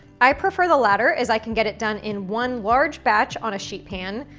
i prefer the latter as i can get it done in one large batch on a sheet pan,